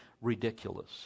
ridiculous